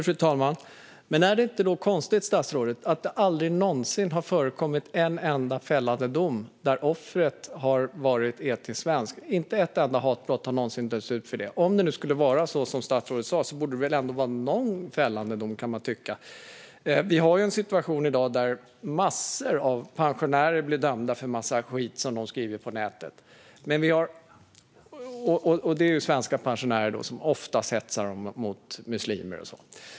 Fru talman! Men är det då inte konstigt, statsrådet, att det aldrig någonsin har förekommit en enda fällande dom där offret har varit etniskt svenskt? Ingen har någonsin dömts för ett sådant hatbrott. Om det är som statsrådet säger borde det väl finnas någon fällande dom. Vi har en situation i dag där massor av pensionärer blir dömda för en massa skit som de skriver på nätet. Det är svenska pensionärer som oftast hetsar mot muslimer.